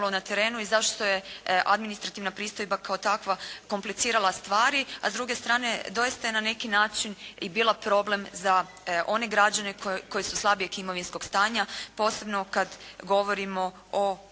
na terenu i zašto je administrativna pristojba kao takva komplicirala stvari, a s druge strane doista je na neki način i bio problem za one građane koji su slabijeg imovinskog stanja posebno kada govorimo o